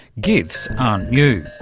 gifs aren't new.